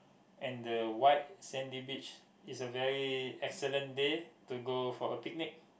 and the white sandy beach is a very excellent day to go for a picnic